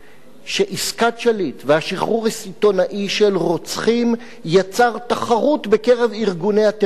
שעסקת שליט והשחרור הסיטונאי של רוצחים יצרו תחרות בקרב ארגוני הטרור,